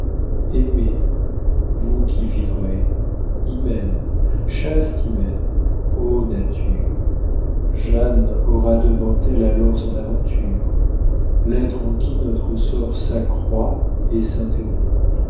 aimez vous qui vivrez hymen chaste hymen o nature jeanne aura devant elle alors son aventure l'être en qui notre sort s'accroît et s'interrompt